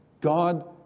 God